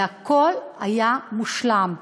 והכול היה מושלם,